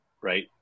right